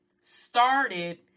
started